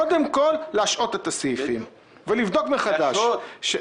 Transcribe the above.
קודם כל להשהות את הסעיפים ולבדוק מחדש".